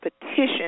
petition